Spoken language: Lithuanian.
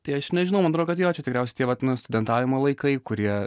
tai aš nežinau man atrodo kad jo čia tikriausiai tie vat nu studentavimo laikai kurie